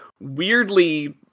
weirdly